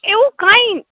કેવું કાઇ